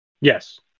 Yes